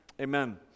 Amen